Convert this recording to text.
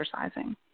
exercising